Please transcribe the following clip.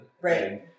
Right